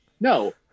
No